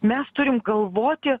mes turim galvoti